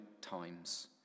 times